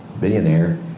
billionaire